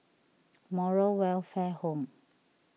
Moral Welfare Home